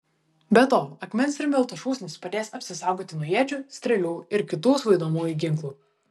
be to akmens ir miltų šūsnys padės apsisaugoti nuo iečių strėlių ir kitų svaidomųjų ginklų